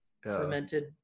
fermented